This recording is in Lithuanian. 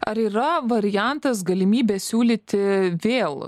ar yra variantas galimybė siūlyti vėl